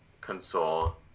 console